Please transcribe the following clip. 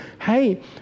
hey